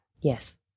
Yes